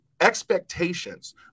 expectations